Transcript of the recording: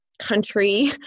country